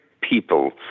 people